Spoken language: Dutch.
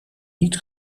niet